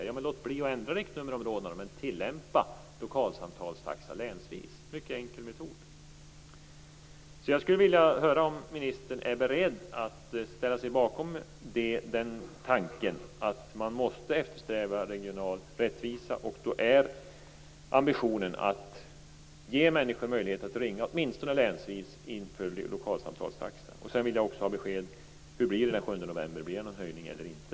Ja, men låt bli att ändra riktnummerområdena då, men tillämpa lokalsamtalstaxa länsvis! Det är en mycket enkel metod. Jag skulle vilja höra om ministern är beredd att ställa sig bakom denna tanke: Man måste eftersträva regional rättvisa, och då är ambitionen att ge människor möjlighet att ringa, åtminstone länsvis, för lokalsamtalstaxa. Sedan vill jag ha besked om hur det blir den 7 november. Blir det någon höjning eller inte?